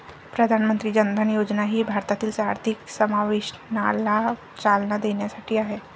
प्रधानमंत्री जन धन योजना ही भारतातील आर्थिक समावेशनाला चालना देण्यासाठी आहे